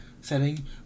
setting